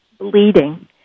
bleeding